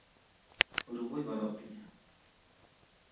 ᱨᱩᱢᱩᱭ ᱜᱚᱫᱚᱜ ᱛᱤᱧᱟ